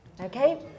Okay